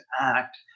act